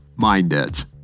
MindEdge